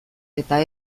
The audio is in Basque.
eta